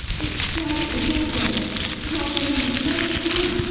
it's like this always not a hint, not a sign,